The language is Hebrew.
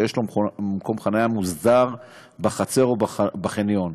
שיש לו מקום חניה מוסדר בחצר או בחניון,